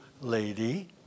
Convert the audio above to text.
lady